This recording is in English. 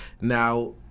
Now